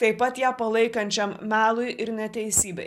taip pat ją palaikančiam melui ir neteisybei